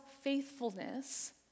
Faithfulness